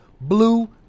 Blue